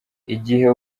igihe